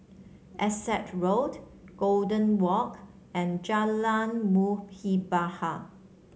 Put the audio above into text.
Essex Road Golden Walk and Jalan Muhibbah